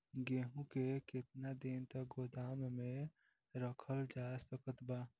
गेहूँ के केतना दिन तक गोदाम मे रखल जा सकत बा?